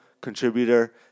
contributor